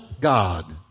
God